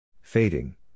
Fading